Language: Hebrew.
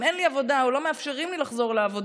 אם אין לי עבודה או לא מאפשרים לי לחזור לעבודה,